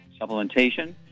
supplementation